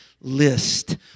list